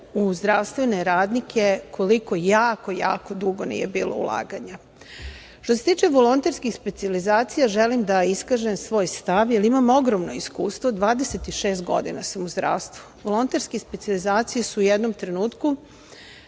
u zdravstvene radnike koliko jako, jako dugo nije bilo ulaganja. Što se tiče volonterskih specijalizacija, želim da iskažem svoj stav, jer imam ogromno iskustvo, 26 godina sam u zdravstvu. Volonterske specijalizacije su u jednom trenutku